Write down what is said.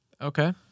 Okay